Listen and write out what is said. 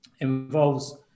involves